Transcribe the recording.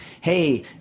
hey